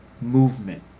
movement